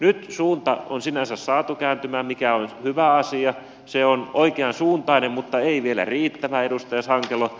nyt suunta on sinänsä saatu kääntymään mikä on hyvä asia se on oikean suuntainen mutta ei vielä riittävä edustaja sankelo